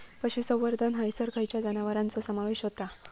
पशुसंवर्धन हैसर खैयच्या जनावरांचो समावेश व्हता?